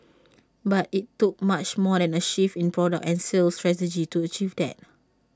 but IT took much more than A shift in product and sales strategy to achieve that